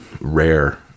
rare